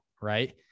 right